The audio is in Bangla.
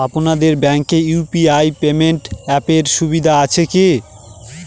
আপনাদের ব্যাঙ্কে ইউ.পি.আই পেমেন্ট অ্যাপের সুবিধা আছে কি?